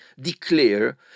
declare